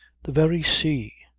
the very sea,